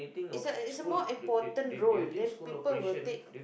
it's a it's a more important role then people will take